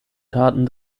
taten